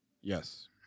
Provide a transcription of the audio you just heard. Yes